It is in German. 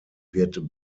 wird